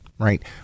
Right